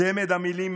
צמד המילים,